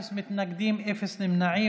אפס מתנגדים, אפס נמנעים.